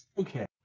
okay